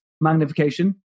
magnification